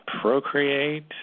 procreate